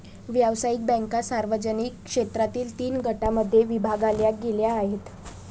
व्यावसायिक बँका सार्वजनिक क्षेत्रातील तीन गटांमध्ये विभागल्या गेल्या आहेत